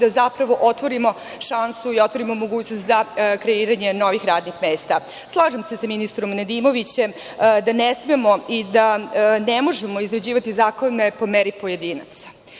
da zapravo otvorimo šansu i otvorimo mogućnost za kreiranje novih radnih mesta. Slažem se sa ministrom Nedimovićem da ne smemo i da ne možemo izrađivati zakone po meri pojedinaca.